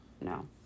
No